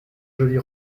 jolie